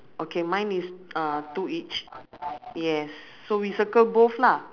okay mine is uh two each yes so we circle both lah